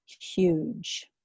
huge